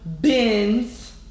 bins